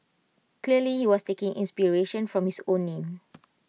clearly he was taking inspiration from his own name